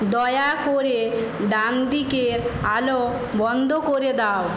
দয়া করে ডান দিকের আলো বন্ধ করে দাও